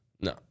No